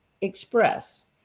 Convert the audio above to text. express